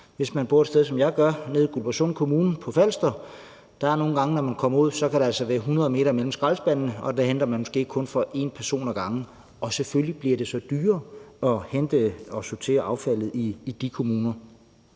Hvis man bor et sted, som jeg gør, nede i Guldborgsund Kommune på Falster, ser man nogle gange, når man kommer ud, at der altså kan være 100 m mellem skraldespandene, og der henter man måske kun fra en person ad gangen, og selvfølgelig bliver det så dyrere at hente og sortere affaldet i de kommuner.